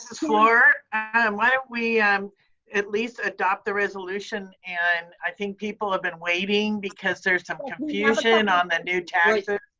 um why don't we um at least adopt the resolution? and i think people have been waiting because there's some confusion on the new taxes. ah